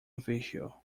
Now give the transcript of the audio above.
official